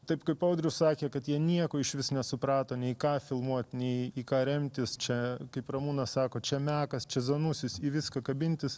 taip kaip audrius sakė kad jie nieko išvis nesuprato nei ką filmuot nei į ką remtis čia kaip ramūnas sako čia mekas čia zanusis į viską kabintis